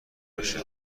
بشه